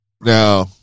Now